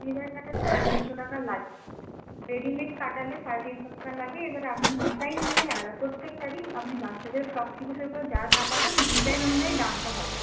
চুড়িদার কাটাতে সাড়ে তিনশো টাকা লাগে রেডিমেড কাটালে সাড়ে তিনশো টাকা লাগে এবারে আপনি ডিজাইন অনুযায়ী আলাদা প্রত্যেকটারই আপনি বাচ্চাদের ফ্রক থেকে শুরু করে যা কাটাবেন ডিজাইন অনুযায়ী দামটা হবে